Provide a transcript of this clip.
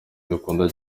dukunda